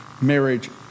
marriage